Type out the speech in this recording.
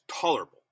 tolerable